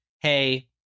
hey